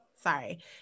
Sorry